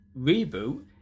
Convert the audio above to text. reboot